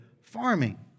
farming